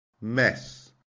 mess